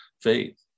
faith